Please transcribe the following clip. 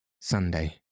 Sunday